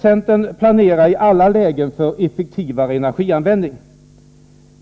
Centern pläderar i alla lägen för effektivare energianvändning.